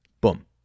Boom